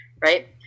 Right